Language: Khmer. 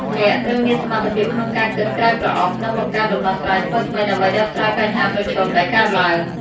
អ្នកត្រូវមានសមត្ថភាពក្នុងការគិតក្រៅប្រអប់ និងបង្កើតដំណោះស្រាយថ្មីៗដើម្បីដោះស្រាយបញ្ហាប្រឈមដែលកើតឡើង។